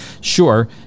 sure